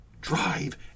drive